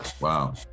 Wow